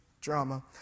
drama